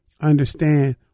understand